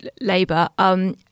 Labour